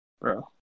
Bro